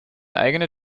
eigene